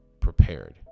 prepared